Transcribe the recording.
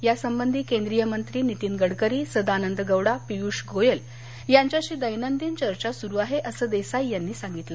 यासंबधी केंद्रीय मंत्री नितीन गडकरी सदानंद गौडा पीयुष गोयल यांच्याशी दैनंदिन चर्चा सुरू आहे असं देसाई यांनी सांगितलं